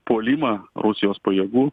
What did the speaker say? puolimą rusijos pajėgų